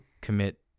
commit